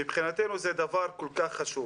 מבחינתנו זה דבר כל כך חשוב.